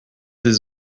des